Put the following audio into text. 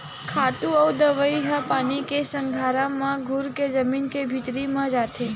खातू अउ दवई ह पानी के संघरा म घुरके जमीन के भीतरी म जाथे